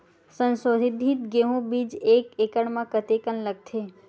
संसोधित गेहूं बीज एक एकड़ म कतेकन लगथे?